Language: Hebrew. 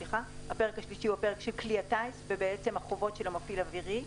הפרק השלישי הוא הפרק של כלי הטיס והחובות של המפעיל האווירי,